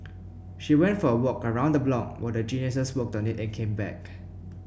she went for a walk around the block while the Geniuses worked on it and came back